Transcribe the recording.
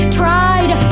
tried